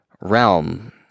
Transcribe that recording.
realm